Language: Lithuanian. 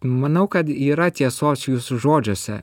manau kad yra tiesos jūsų žodžiuose